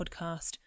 podcast